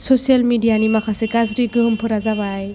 social media नि माखासे गाज्रि गोहोमफोरा जाबाय